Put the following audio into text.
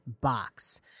box